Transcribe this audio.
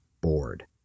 bored